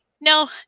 no